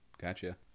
Gotcha